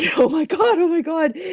yeah oh my god. oh my god.